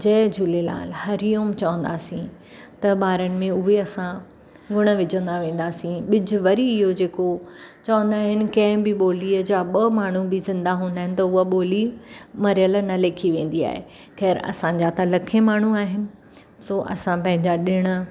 जय झूलेलाल हरिओम चवंदासीं त ॿारनि में उहे असां गुणु विझंदा वेंदासीं ॿिजु वरी इहो जेको चवंदा आहिनि कंहिं बि ॿोलीअ जा ॿ माण्हू बि ज़िंदा हूंदा आहिनि त उहा ॿोली मरियलु न लिखी वेंदी आहे ख़ैरु असांजा त लखे माण्हू आहिनि सो असां पंहिंजा ॾिणु